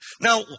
Now